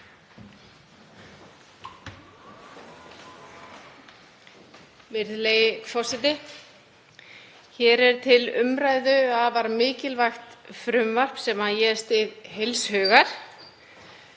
Virðulegi forseti. Hér er til umræðu afar mikilvægt frumvarp sem ég styð heils hugar.